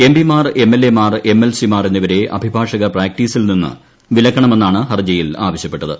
എംപിമാർ എംഎൽഎമാർ എംഎൽസിമാർ എന്നിവരെ അഭിഭാഷക പ്രാക്ടീസിൽ നിന്ന് വിലക്കണമെന്നാണ് ഹർജിയിൽ ആവശ്യപ്പെട്ടത്